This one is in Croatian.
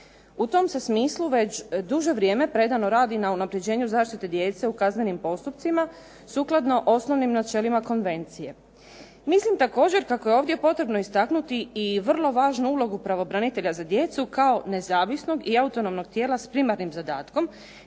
U tom se smislu već duže vrijeme predano radi na unapređenju zaštite djece u kaznenim postupcima, sukladno osnovnim načelima konvencije. Mislim također kako je ovdje potrebno istaknuti i vrlo važnu ulogu pravobranitelja za djecu kao nezavisnog i autonomnog tijela s primarnim zadatkom,